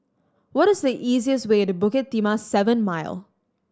what is the easiest way to Bukit Timah Seven Mile